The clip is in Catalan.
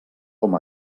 com